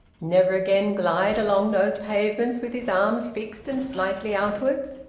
never again glide along those pavements with his arms fixed and slightly outwards.